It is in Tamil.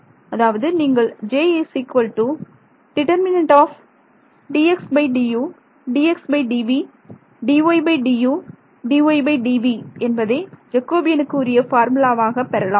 அதாவது நீங்கள் J detdxdu dxdv dydu dydv என்பதை ஜெகோபியனுக்கு உரிய ஃபார்முலாவாக பெறலாம்